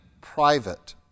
private